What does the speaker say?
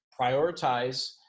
prioritize